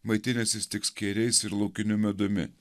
maitinasi tik skėriais ir laukiniu medumi